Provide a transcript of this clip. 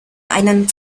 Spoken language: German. einen